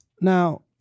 Now